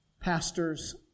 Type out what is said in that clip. pastors